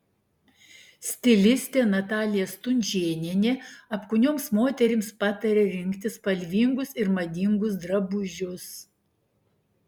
stilistė natalija stunžėnienė apkūnioms moterims pataria rinktis spalvingus ir madingus drabužius